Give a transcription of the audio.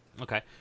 Okay